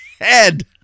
head